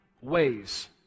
ways